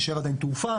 תישאר עדיין תעופה,